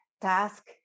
task